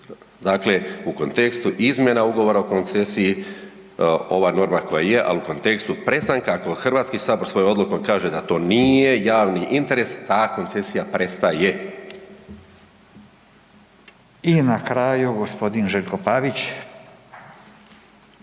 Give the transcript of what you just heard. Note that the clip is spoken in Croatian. dakle u kontekstu izmjena ugovora o koncesiji ova norma koja je, ali u kontekstu prestanka, ako HS svojom odlukom kaže da to nije javni interes ta koncesija prestaje. **Radin, Furio